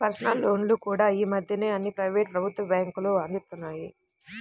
personal లోన్లు కూడా యీ మద్దెన అన్ని ప్రైవేటు, ప్రభుత్వ బ్యేంకులూ అందిత్తన్నాయి